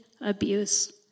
abuse